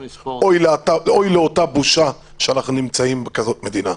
אוי לאותה בושה שאנחנו נמצאים במדינה כזאת,